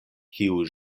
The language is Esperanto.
kiu